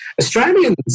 Australians